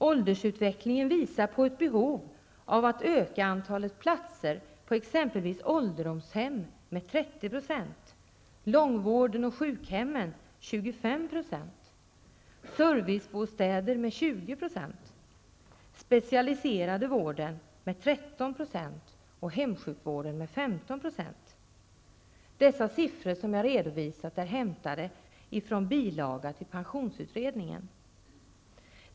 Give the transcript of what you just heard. Åldersutvecklingen visar på ett behov av att öka antalet platser på exempelvis ålderdomshem med 30 %, på långvården och sjukhemmen med 25 %, inom servicebostäder med Dessa siffror som jag redovisar är hämtade från en bilaga till Pensionsutredningen.